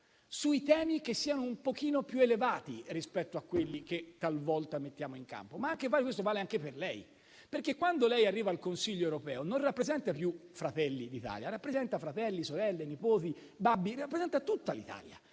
su temi che siano un po' più elevati rispetto a quelli che talvolta mettiamo in campo. Questo vale anche per lei, perché quando lei arriverà al Consiglio europeo non rappresenterà più Fratelli d'Italia, ma rappresenterà fratelli, sorelle, nipoti, papà: rappresenterà tutta l'Italia.